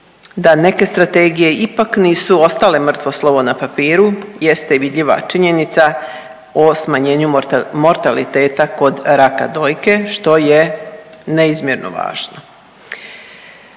da neke strategije ipak nisu ostale mrtvo slovo na papiru jeste i vidljiva činjenica o smanjenju mortaliteta kod raka dojke, što je neizmjerno važno.